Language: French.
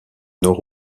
nord